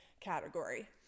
category